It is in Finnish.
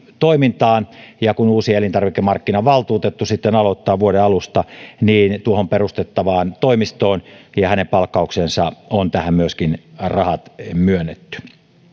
toimintaan ja kun uusi elintarvikemarkkinavaltuutettu aloittaa vuoden alusta niin tuohon perustettavaan toimistoon ja hänen palkkaukseensa on myöskin rahat myönnetty